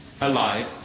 alive